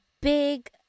big